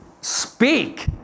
speak